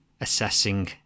assessing